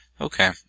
Okay